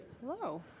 hello